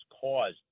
caused